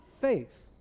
faith